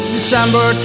December